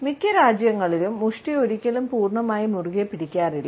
മിക്ക രാജ്യങ്ങളിലും മുഷ്ടി ഒരിക്കലും പൂർണ്ണമായി മുറുകെ പിടിക്കാറില്ല